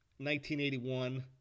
1981